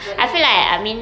but yo~ mm